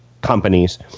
Companies